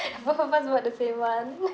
both of us bought the same one